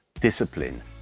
discipline